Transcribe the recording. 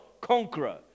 conqueror